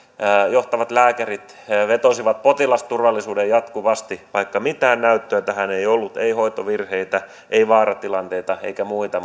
johtavat lääkärit vetosivat potilasturvallisuuteen jatkuvasti vaikka mitään näyttöä tästä ei ollut ei hoitovirheitä ei vaaratilanteita eikä muita